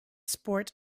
sport